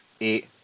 eight